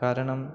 കാരണം